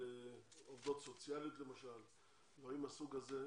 עובדות סוציאליות למשל או דברים מהסוג הזה,